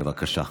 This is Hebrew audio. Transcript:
בבקשה.